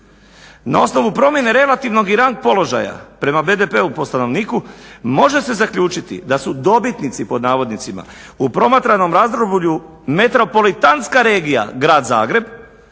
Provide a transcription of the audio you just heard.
Na osnovu promjene relativnog i rang položaja prema BDP-u po stanovniku može se zaključiti da su "dobitnici" u promatranom razdoblju metropolitantska regija Grad Zagreb